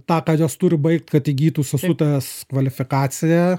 tą ką jos turi baigt kad įgytų sesutės kvalifikaciją